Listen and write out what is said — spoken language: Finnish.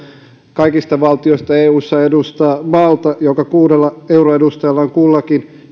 kaikista valtioista eussa edustaa malta jonka kuudella euroedustajalla on kullakin